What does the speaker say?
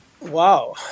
wow